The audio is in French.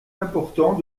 important